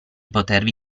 potervi